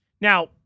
Now